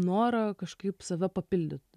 norą kažkaip save papildyt